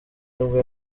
nibwo